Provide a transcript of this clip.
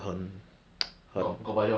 I want com also to play better valo